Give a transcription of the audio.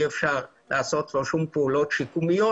אי אפשר לעשות לו שום פעולות שיקומיות